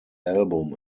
album